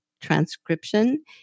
transcription